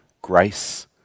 grace